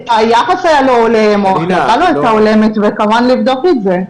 או שהיחס היה לו הולם או ההחלטה לא היתה הולמת וכמובן לבדוק את זה.